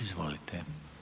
Izvolite.